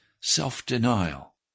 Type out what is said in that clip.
self-denial